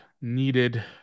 needed